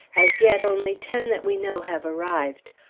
as yet, only ten that we know have arrived.